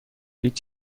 هیچ